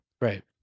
Right